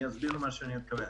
אני אסביר למה אני מתכוון.